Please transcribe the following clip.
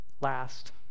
last